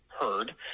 heard